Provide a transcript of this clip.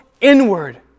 inward